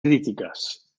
críticas